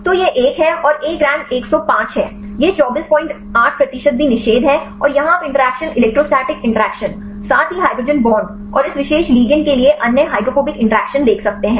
तो यह एक और एक रैंक 105 है यह 248 प्रतिशत भी निषेध है और यहां आप इंटरैक्शन इलेक्ट्रोस्टैटिक इंटरैक्शन साथ ही हाइड्रोजन बांड और इस विशेष लिगैंड के लिए अन्य हाइड्रोफोबिक इंटरैक्शन देख सकते हैं